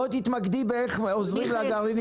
בואי תתמקדי באיך עוזרים לגרעינים האלה.